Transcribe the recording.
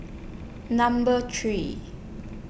Number three